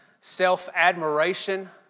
self-admiration